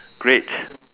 great